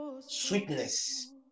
Sweetness